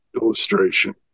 illustration